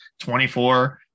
24